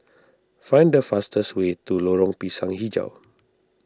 find the fastest way to Lorong Pisang HiJau